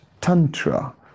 tantra